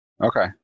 okay